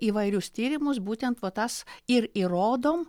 įvairius tyrimus būtent va tas ir įrodom